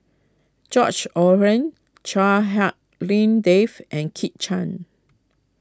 George Chua Hak Lien Dave and Kit Chan